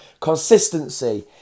consistency